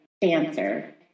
dancer